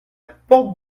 porte